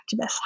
activists